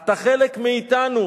אתה חלק מאתנו.